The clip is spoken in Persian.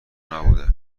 نبوده